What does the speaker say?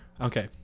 okay